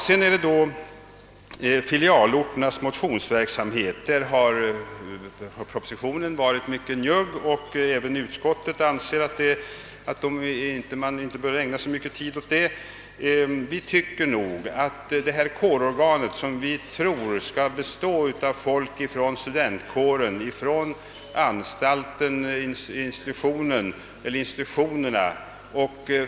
Mot filialorternas motionsverksamhet har propositionen varit mycket njugg, och även utskottet anser att man inte bör ägna så mycket tid åt denna verksamhet. Kårorganet kommer väl förmodligen att bestå av representanter från studentkårer, utbildningsanstalter, kommunen och det lokala distrikts idrottsförbundet.